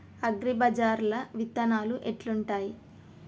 అగ్రిబజార్ల విత్తనాలు ఎట్లుంటయ్?